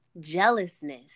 jealousness